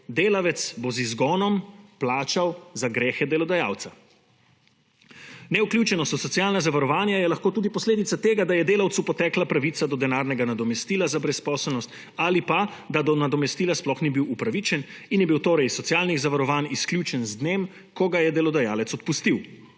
Delavec bo tako z izgonom plačal za grehe delodajalca. Nevključenost v socialno zavarovanje je lahko tudi posledica tega, da je delavcu potekla pravica do denarnega nadomestila za brezposelnost ali da do nadomestila sploh ni bil upravičen in je bil torej iz socialnih zavarovanj izključen z dnem, ko ga je delodajalec odpustil.